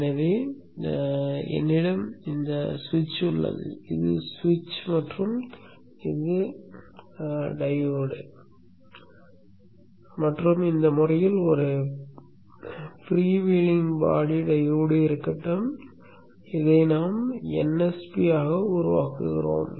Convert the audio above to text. எனவே என்னிடம் அந்த சுவிட்ச் உள்ளது இது சுவிட்ச் மற்றும் இது டையோடு மற்றும் இந்த முறையில் ஒரு ஃப்ரீவீலிங் பாடி டையோடு இருக்கட்டும் இதை நாம் nsp ஆக உருவாக்குகிறோம்